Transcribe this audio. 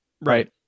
right